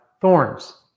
thorns